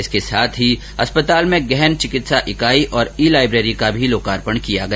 इसके साथ ही अस्पताल में गहन चिकित्सा ईकाई और ई लाईबेरी का भी लोकार्पण किया गया